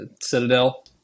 Citadel